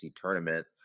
tournament